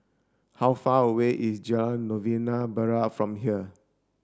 how far away is Jalan Novena Barat from here